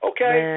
Okay